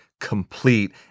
complete